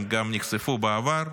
הם גם נחשפו בעבר,